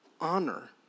honor